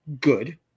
good